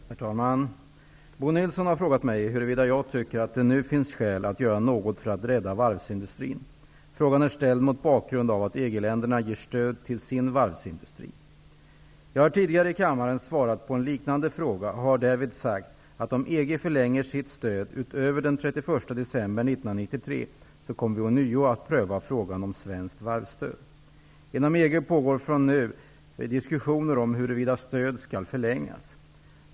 Herr talman! Bo Nilsson har frågat mig huruvida jag tycker att det nu finns skäl att göra något för att rädda varvsindustrin. Frågan är ställd mot bakgrund av att EG-länderna ger stöd till sin varvsindustri. Jag har tidigare i kammaren svarat på en liknande fråga och har därvid sagt, att om EG förlänger sitt stöd utöver den 31 december 1993, så kommer vi att ånyo pröva frågan om svenskt varvsstöd. Inom EG pågår för närvarande diskussioner om huruvida stödet skall förlängas.